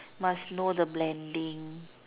must know the blending